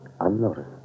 unnoticed